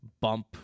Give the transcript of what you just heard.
bump